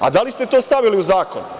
A da li ste to stavili u zakon?